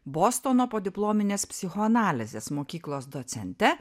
bostono podiplominės psichoanalizės mokyklos docente